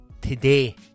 today